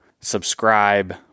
subscribe